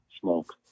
smoke